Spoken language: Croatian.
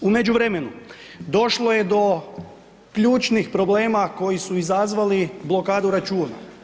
U međuvremenu, došlo je do ključnih problema koji su izazvali blokadu računa.